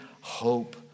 hope